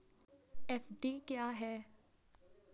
FD क्या है?